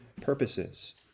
purposes